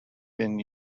been